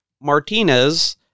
Martinez